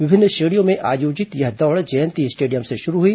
विभिन्न श्रेणियों में आयोजित यह दौड़ जयंती स्टेडियम से शुरू हुई